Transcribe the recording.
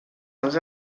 als